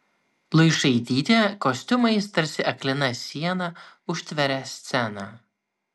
luišaitytė kostiumais tarsi aklina siena užtveria sceną